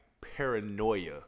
paranoia